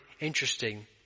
interesting